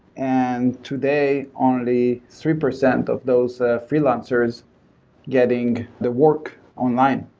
and today, only three percent of those ah freelancers getting the work online,